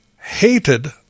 hated